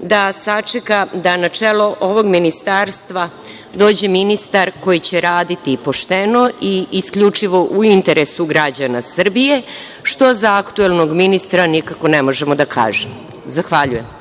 da sačeka da na čelo ovog ministarstva dođe ministar koji će raditi pošteno i isključivo u interesu građana Srbije, što za aktuelnog ministra nikako ne možemo da kažemo. Zahvaljujem.